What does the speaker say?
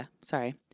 sorry